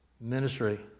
ministry